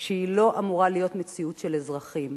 שהיא לא אמורה להיות מציאות של אזרחים.